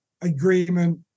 agreement